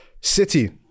City